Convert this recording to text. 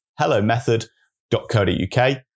hellomethod.co.uk